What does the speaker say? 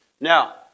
Now